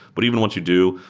but even once you do,